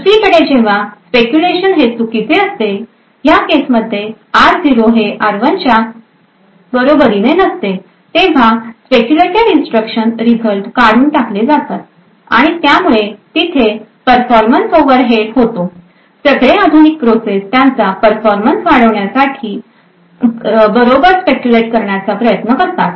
दुसरीकडे जेव्हा स्पेक्युलेशन हे चुकीचे असते या केस मध्ये r0 हे r1 च्या बरोबरीने नसते तेव्हा स्पेक्युलेटेड इन्स्ट्रक्शन रिझल्ट काढून टाकले जातात आणि त्यामुळे तिथे परफॉर्मन्स ओवर हेड होतो सगळे आधुनिक प्रोसेस त्यांचा परफॉर्मन्स वाढवण्यासाठी बरोबर स्पेक्युलेट करण्याचा प्रयत्न करतात